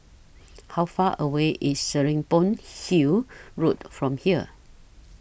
How Far away IS Serapong Hill Road from here